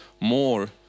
more